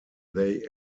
they